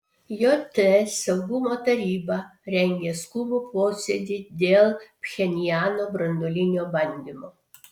jt saugumo taryba rengia skubų posėdį dėl pchenjano branduolinio bandymo